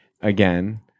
again